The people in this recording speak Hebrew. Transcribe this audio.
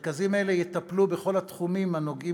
מרכזים אלה יטפלו בכל התחומים הקשורים